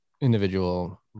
individual